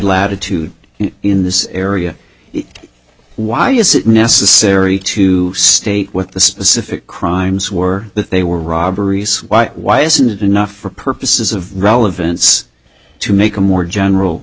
latitude in this area why is it necessary to state with the specific crimes were that they were robberies white why isn't it enough for purposes of relevance to make a more general